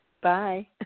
Bye